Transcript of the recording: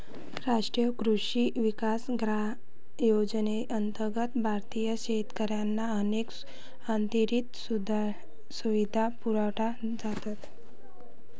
राष्ट्रीय कृषी विकास योजनेअंतर्गत भारतीय शेतकऱ्यांना अनेक अतिरिक्त सुविधा पुरवल्या जातात